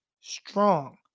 strong